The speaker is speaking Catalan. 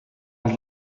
els